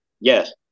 Yes